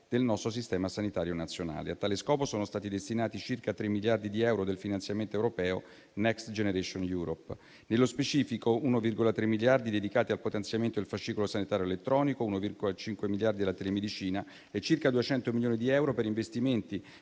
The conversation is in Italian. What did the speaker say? del nostro Sistema sanitario nazionale. A tale scopo sono stati destinati circa 3 miliardi di euro del finanziamento europeo NextGenerationEU. Nello specifico, 1,3 miliardi sono dedicati al potenziamento del fascicolo sanitario elettronico, 1,5 miliardi alla telemedicina e circa 200 milioni di euro per investimenti